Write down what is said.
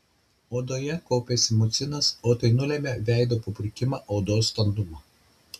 odoje kaupiasi mucinas o tai nulemia veido paburkimą odos standumą